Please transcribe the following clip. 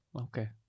Okay